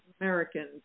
Americans